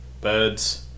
birds